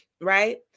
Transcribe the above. Right